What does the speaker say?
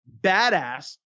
badass